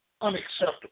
unacceptable